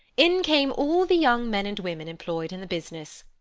in came all the young men and women employed in the business.